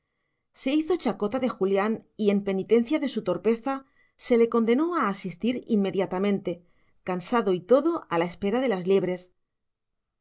se hizo chacota de julián y en penitencia de su torpeza se le condenó a asistir inmediatamente cansado y todo a la espera de las liebres